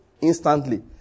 instantly